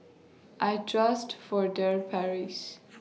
I Trust Furtere Paris